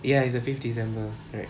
ya it's a fifth december right